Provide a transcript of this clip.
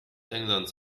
englands